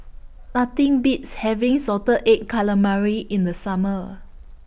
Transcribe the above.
Nothing Beats having Salted Egg Calamari in The Summer